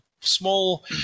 small